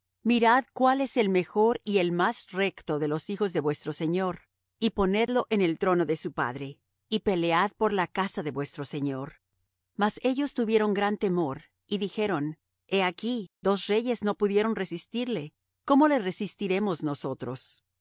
mirad cuál es el mejor y él más recto de los hijos de vuestro señor y ponedlo en el trono de su padre y pelead por la casa de vuestro señor mas ellos tuvieron gran temor y dijeron he aquí dos reyes no pudieron resistirle cómo le resistiremos nosotros